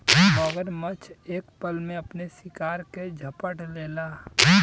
मगरमच्छ एक पल में अपने शिकार के झपट लेला